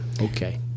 Okay